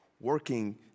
working